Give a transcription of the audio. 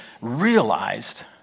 realized